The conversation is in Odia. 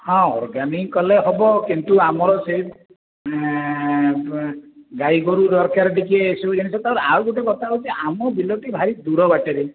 ହଁ ଅର୍ଗାନିକ୍ କଲେ ହେବ କିନ୍ତୁ ଆମର ସେ ଗାଈଗୋରୁ ଦରକାର ଟିକେ ଏସବୁ ଜିନଷରେ ଆଉଗୋଟେ କଥା ହେଉଛି ଆମ ବିଲଟି ଭାରି ଦୂର ବାଟରେ